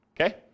Okay